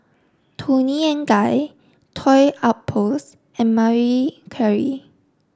Toni and Guy Toy Outpost and Marie Claire